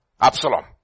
Absalom